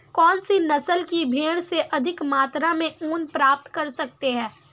कौनसी नस्ल की भेड़ से अधिक मात्रा में ऊन प्राप्त कर सकते हैं?